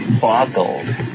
boggled